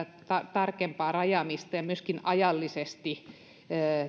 tarkempaa rajaamista ja myöskin ajallisesti